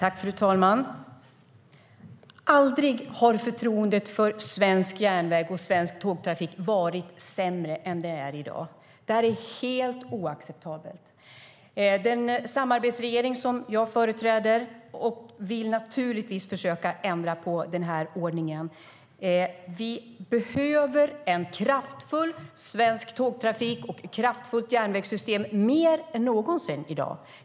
Fru talman! Aldrig har förtroendet för svensk järnväg och svensk tågtrafik varit sämre än vad det är i dag. Det är helt oacceptabelt. Den samarbetsregering som jag företräder vill naturligtvis försöka ändra på den här ordningen. Vi behöver en kraftfull svensk tågtrafik och ett kraftfullt järnvägssystem mer än någonsin i dag.